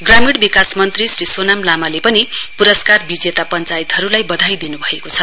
ग्रामीण विकास मन्त्री श्री सोनाम लामाले पनि प्रस्कार विजेता पञ्चायतहरूलाई बधाई दिन्भएको छ